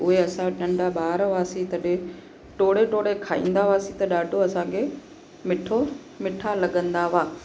उहे असां नंढा ॿार हुआसीं तॾहिं टोड़े टोड़े खाईंदा हुआसीं त ॾाढो असांखे मिठो मीठा लॻंदा हुआ